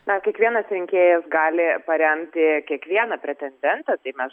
na kiekvienas rinkėjas gali paremti kiekvieną pretendentą tai mes